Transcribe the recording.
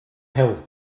hill